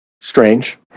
Strange